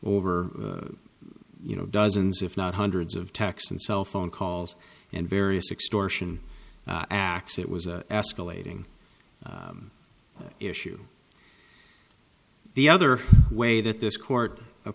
over you know dozens if not hundreds of texts and cell phone calls and various extortion acts it was an escalating issue the other way that this court of